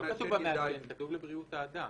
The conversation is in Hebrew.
לא כתוב המעשן, כתוב לבריאות האדם.